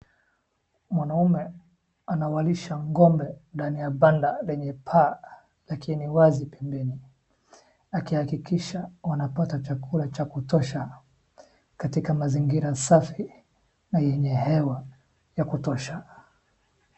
Mwanaume anawalisha ng'ombe ndani ya banda lenye paa lakini wazi pembeni, akihakikisha wanapata chakula cha kutosha katika mazingira safi na yenye hewa ya kutosha.